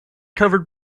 covered